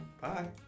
Bye